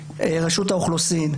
רשות האוכלוסין,